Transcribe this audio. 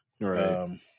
right